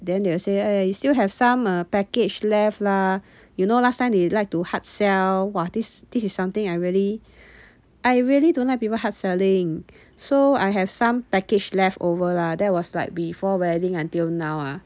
then they will say eh you still have some uh package left lah you know last time they like to hard sell !wah! this this is something I really I really don't like people hard selling so I have some package leftover lah that was like before wedding until now ah